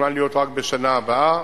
מתוכנן להיות רק בשנה הבאה.